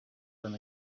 than